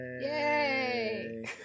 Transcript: Yay